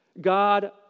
God